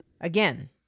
Again